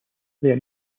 their